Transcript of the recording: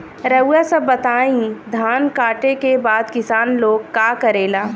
रउआ सभ बताई धान कांटेके बाद किसान लोग का करेला?